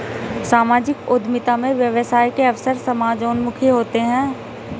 सामाजिक उद्यमिता में व्यवसाय के अवसर समाजोन्मुखी होते हैं